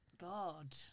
God